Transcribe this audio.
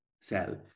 cell